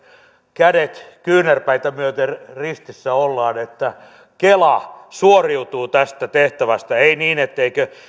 kädet kyynärpäitä myöten ristissä ollaan että kela suoriutuu tästä tehtävästä ei niin etteikö